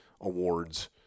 awards